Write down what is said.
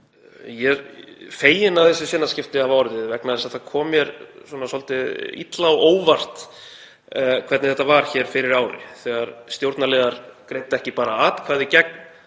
Ég er feginn að þessi sinnaskipti hafi orðið vegna þess að það kom mér svolítið illa á óvart hvernig þetta var fyrir ári, þegar stjórnarliðar greiddu ekki bara atkvæði gegn